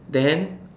then